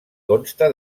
consta